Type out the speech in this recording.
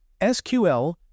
sql